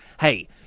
hey